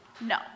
No